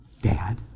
dad